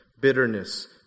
bitterness